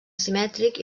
simètric